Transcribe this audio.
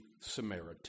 Samaritan